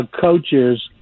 coaches